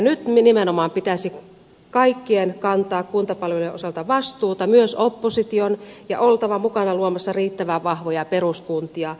nyt nimenomaan pitäisi kaikkien kantaa kuntapalvelujen osalta vastuuta myös opposition ja olla mukana luomassa riittävän vahvoja peruskuntia